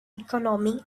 economy